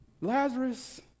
Lazarus